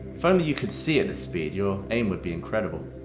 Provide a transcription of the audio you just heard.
if only you could see at this speed, your aim would be incredible.